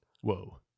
Whoa